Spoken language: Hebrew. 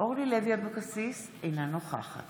אורלי לוי אבקסיס, אינה נוכחת